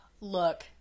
Look